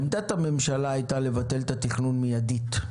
עמדת הממשלה הייתה לבטל את התכנון מיידית,